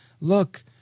Look